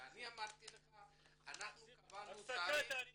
כי אמרתי לך שקבענו תאריך